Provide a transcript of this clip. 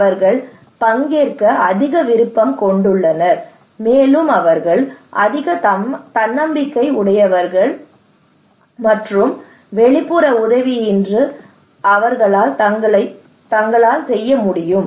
அவர்கள் பங்கேற்க அதிக விருப்பம் கொண்டுள்ளனர் மேலும் அவர்கள் அதிக தன்னம்பிக்கை உடையவர்கள் மேலும் வெளிப்புற உதவியின்றி அவர்கள் தங்களால் செய்ய முடியும்